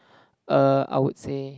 err I would say